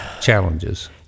Challenges